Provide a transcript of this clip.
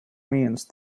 means